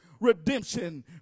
redemption